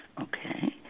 okay